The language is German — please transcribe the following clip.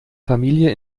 familie